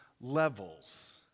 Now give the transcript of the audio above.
levels